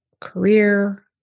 career